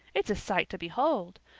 it's a sight to behold.